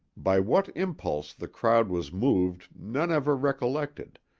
by what impulse the crowd was moved none ever recollected,